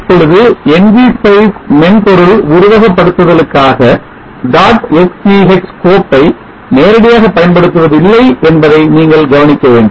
இப்பொழுது Ngspice மென்பொருள் உருவகப்படுத்துதலுக்காக dot SCH கோப்பை நேரடியாக பயன்படுத்துவதில்லை என்பதை நீங்கள் கவனிக்க வேண்டும்